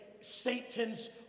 Satan's